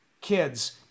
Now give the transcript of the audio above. kids